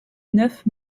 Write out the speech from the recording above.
neuf